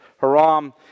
Haram